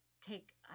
take